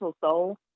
soul